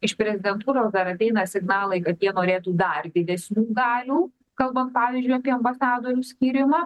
iš prezidentūros dar ateina signalai kad jie norėtų dar didesnių galių kalbant pavyzdžiui apie ambasadorių skyrimą